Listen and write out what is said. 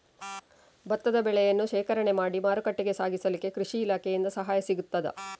ಭತ್ತದ ಬೆಳೆಯನ್ನು ಶೇಖರಣೆ ಮಾಡಿ ಮಾರುಕಟ್ಟೆಗೆ ಸಾಗಿಸಲಿಕ್ಕೆ ಕೃಷಿ ಇಲಾಖೆಯಿಂದ ಸಹಾಯ ಸಿಗುತ್ತದಾ?